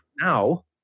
Now